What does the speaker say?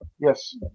Yes